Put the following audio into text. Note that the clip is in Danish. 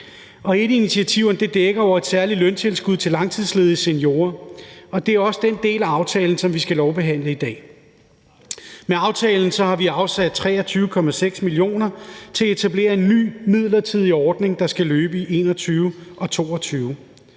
Et af initiativerne handler om et særligt løntilskud til langtidsledige seniorer. Det er også den del af aftalen, som vi skal lovbehandle i dag. Med aftalen har vi afsat 23,6 mio. kr. til at etablere en ny midlertidig ordning, der skal løbe i 2021 og 2022.